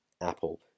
apple